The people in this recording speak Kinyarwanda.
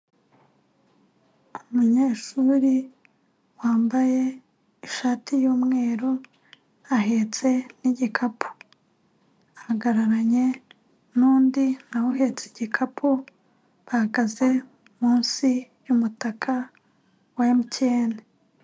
Umunyeshuri wambaye ishati y'umweru ahetse n'igikapu. Ahagararanye n'undi na we uhetse igikapu bahagaze munsi y'umutaka wa MTN.